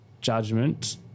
judgment